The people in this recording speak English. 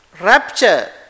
rapture